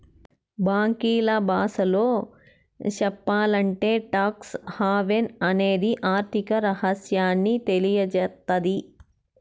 బ్యాంకీల బాసలో సెప్పాలంటే టాక్స్ హావెన్ అనేది ఆర్థిక రహస్యాన్ని తెలియసేత్తది